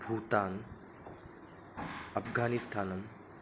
भूतान् अप्घानिस्थानम्